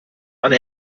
eine